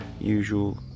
usual